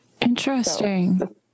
Interesting